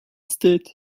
state